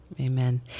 Amen